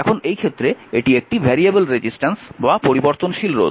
এখন এই ক্ষেত্রে এটি একটি পরিবর্তনশীল রোধ